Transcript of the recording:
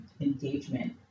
engagement